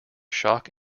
shock